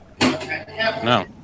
No